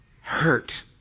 hurt